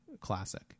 classic